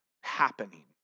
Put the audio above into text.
happening